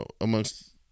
amongst